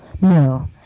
No